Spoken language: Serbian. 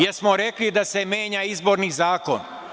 Jesmo rekli da se menja izborni zakon.